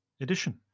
edition